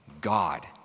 God